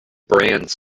brands